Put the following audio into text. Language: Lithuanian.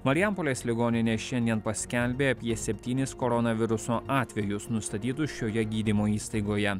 marijampolės ligoninė šiandien paskelbė apie septynis koronaviruso atvejus nustatytus šioje gydymo įstaigoje